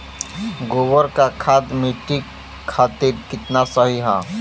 गोबर क खाद्य मट्टी खातिन कितना सही ह?